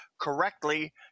correctly